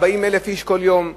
כ-40,000 איש כל יום,